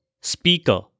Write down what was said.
speaker